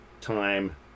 time